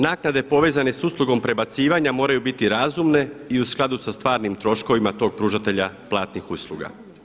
Naknade povezane sa uslugom prebacivanja moraju biti razumne i u skladu sa stvarnim troškovima tog pružatelja platnih usluga.